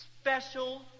special